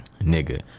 nigga